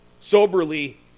soberly